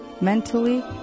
mentally